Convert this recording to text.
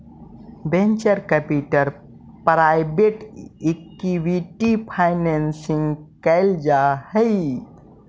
venture capital private equity financing कैल जा हई